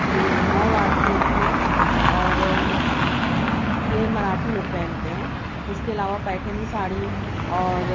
یہ نو وار کی ہوتی ہے اور یہ مراٹھی لوگ پہنتے ہیں اس کے علاوہ پیٹھنی ساڑی اور